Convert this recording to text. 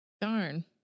darn